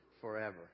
forever